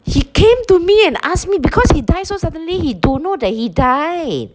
he came to me and asked me because he die so suddenly he don't know that he died